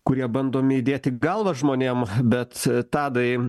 kurie bandomi įdėti į galvą žmonėm bet tadai